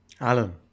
Alan